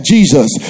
Jesus